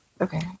Okay